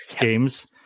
games